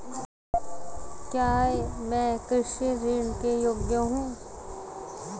क्या मैं कृषि ऋण के योग्य हूँ?